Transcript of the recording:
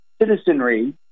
citizenry